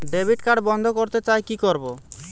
Debit card বন্ধ করতে চাই কি করব?